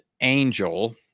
angel